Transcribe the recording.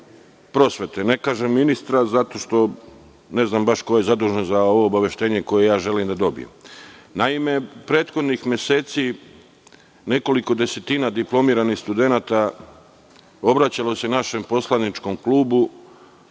prosvete, ne kažem ministra zato što ne znam ko je zadužen za ovo obaveštenje koje želim da dobijem. Naime, prethodnih meseci nekoliko desetina diplomiranih studenata obraćalo se našem poslaničkom klubu